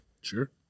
Sure